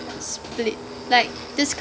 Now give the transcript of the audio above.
split like discuss